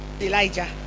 Elijah